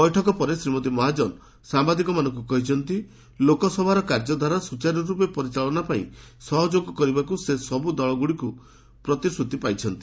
ବୈଠକ ପରେ ଶ୍ରୀମତୀ ମହାଜନ ସାମ୍ବାଦିକମାନଙ୍କୁ କହିଛନ୍ତି ଲୋକସଭାର କାର୍ଯ୍ୟଧାରା ସୂଚାରୁ ରୂପେ ପରିଚାଳନା ପାଇଁ ସହଯୋଗ କରିବାକୁ ସବୁ ଦଳଗୁଡ଼ିକ ତାଙ୍କୁ ପ୍ରତିଶ୍ରତି ଦେଇଛନ୍ତି